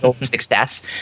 success